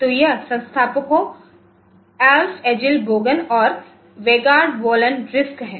तो यह संस्थापकों अल्फ एगिल बोगेन और वेगर्ड वललेणं RISC हैं